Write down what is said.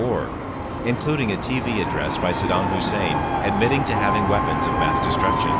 war including a t v address by saddam hussein admitting to having weapons of mass destruction